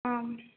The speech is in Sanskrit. आम्